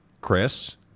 Chris